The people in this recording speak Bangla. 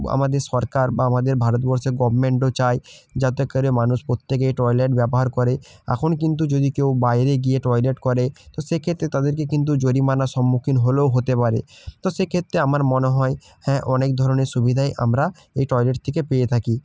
আমাদের সরকার বা আমাদের ভারতবর্ষে গভর্মেন্টও চায় যাতে করে মানুষ প্রত্যেকে টয়লেট ব্যবহার করে এখন কিন্তু যদি কেউ বাইরে গিয়ে টয়লেট করে তো সেক্ষেত্রে তাদেরকে কিন্তু জরিমানার সম্মুখীন হলেও হতে পারে তো সেক্ষেত্রে আমার মনে হয় হ্যাঁ অনেক ধরনের সুবিধাই আমরা এই টয়লেট থেকে পেয়ে থাকি